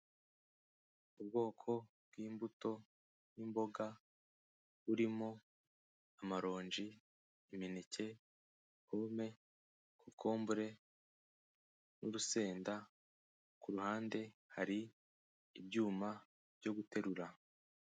Ubwoko bw'imbuto n'imboga buririmo, amaronji, imineke, pome, kokombure n'urusenda. Kuruhande hari ibyuma byo guterura.